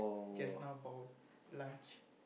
just now for lunch